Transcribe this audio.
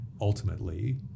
ultimately